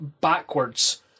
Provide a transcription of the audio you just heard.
backwards